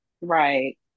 Right